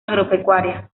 agropecuaria